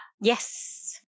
Yes